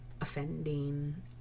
offending